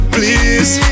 Please